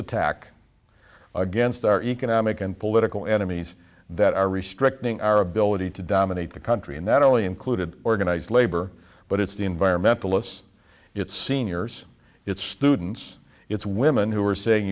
attack against our economic and political enemies that are restricting our ability to dominate the country and that only included organized labor but it's the environmentalists it's seniors it's students it's women who are saying